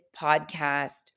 podcast